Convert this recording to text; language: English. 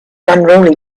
unruly